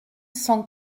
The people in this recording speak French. cent